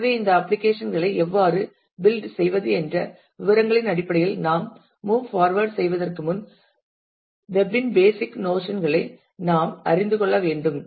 எனவே இந்த அப்ளிகேஷன் களை எவ்வாறு பில்ட் செய்வது என்ற விவரங்களின் அடிப்படையில் நாம் மூவ் ஃபார்வர்ட் செல்வதற்கு முன் வெப் இன் பேசிக் நோஸன் களை நாம் அறிந்து கொள்ள வேண்டும்